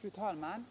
Fru talman!